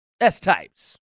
S-types